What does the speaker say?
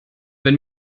wenn